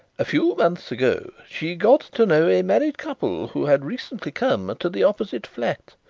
a few months ago she got to know a married couple who had recently come to the opposite flat.